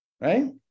right